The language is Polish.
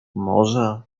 może